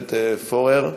עודד פורר.